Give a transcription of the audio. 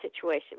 situation